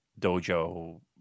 Dojo